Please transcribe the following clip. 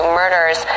murders